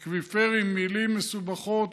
אקוויפרים, מילים מסובכות וכו'